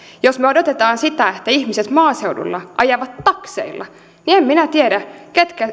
jos me odotamme sitä että ihmiset maaseudulla ajavat takseilla niin en minä tiedä